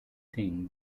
think